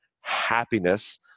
Happiness